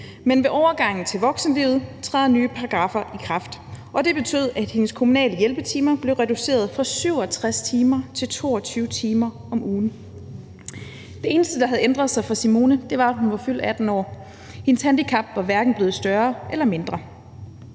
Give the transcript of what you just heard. men ved overgangen til voksenlivet trådte nye paragraffer i kraft, og det betød, at hendes kommunale hjælpetimer blev reduceret fra 67 timer til 22 timer om ugen. Det eneste, der havde ændret sig for Simone, var, at hun var fyldt 18 år; hendes handicap var hverken blevet større eller mindre.